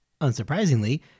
Unsurprisingly